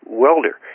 welder